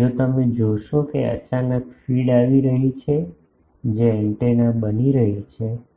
જો તમે જોશો કે અચાનક ફીડ આવી રહી છે જે એન્ટેના બની રહી છે